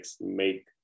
make